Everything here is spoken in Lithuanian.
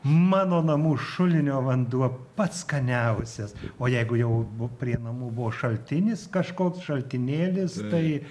mano namų šulinio vanduo pats skaniausias o jeigu jau prie namų buvo šaltinis kažkoks šaltinėlis tai